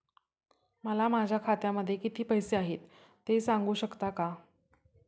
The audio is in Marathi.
मला माझ्या खात्यामध्ये किती पैसे आहेत ते सांगू शकता का?